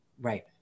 Right